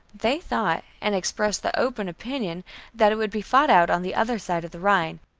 they thought, and expressed the open opinion that it would be fought out on the other side of the rhine,